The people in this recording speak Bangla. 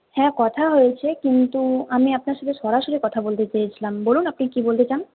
হ্যাঁ কথা হয়েছে কিন্তু আমি আপনার সঙ্গে সরাসরি কথা বলতে চেয়েছিলাম বলুন আপনি কি বলতে চান